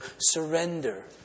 surrender